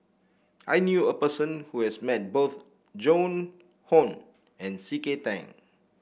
I knew a person who has met both Joan Hon and C K Tang